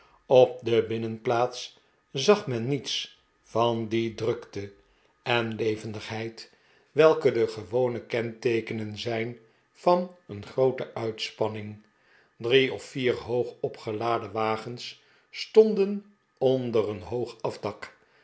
op de binnenplaats zag men niets van die drukte en levendigheid welke de gewone kenteekenen zijn van een groote uitspanning drie of vier hoog opgeladen wagens stonden onder een hoog afdak